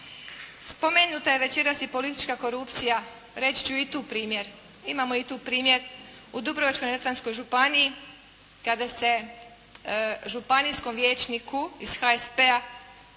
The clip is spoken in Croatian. Spomenuta je večeras i politička korupcija, reći ću i tu primjer, imamo i tu primjer u Dubrovačko-neretvanskoj županiji, kada se županijskom vijećniku iz HSP-a